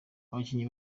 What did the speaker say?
abakinyi